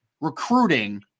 recruiting